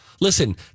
Listen